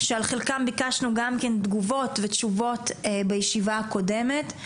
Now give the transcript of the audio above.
שעל חלקם ביקשנו גם תשובות בישיבה הקודמת.